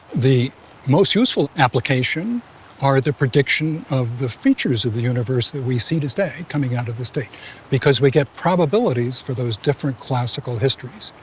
the most useful application are the prediction of the futures of the universe that we see today coming out of the state because we get probabilities for those different classical histories.